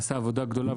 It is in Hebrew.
עשה עבודה גדולה.